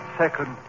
second